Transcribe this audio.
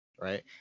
right